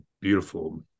beautiful